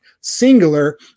singular